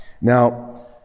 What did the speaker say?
Now